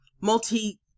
multi